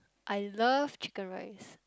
I love chicken-rice